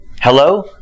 Hello